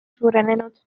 suurenenud